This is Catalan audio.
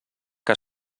que